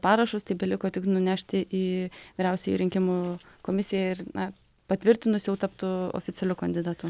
parašus tai beliko tik nunešti į vyriausiąjai rinkimų komisijai ir na patvirtinus jau taptų oficialiu kandidatu